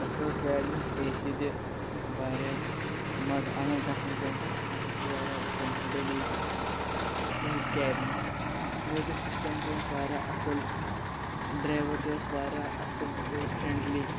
تَتھ ٲس گاڑِ منٛز اے سی تہِ واریاہ مَزٕ آو مےٚ تَتھ منٛز بیٚہنَس بہٕ اوسُس واریاہ کَمفٲٹیبٕل تَتھ تُہٕنٛزِ کیبہِ منٛز میوٗزِک سِسٹَم تہِ اوس واریاہ اَصٕل ڈرٛایوَر تہِ اوس واریاہ اَصٕل سُہ اوس فرٛٮ۪نٛڈلی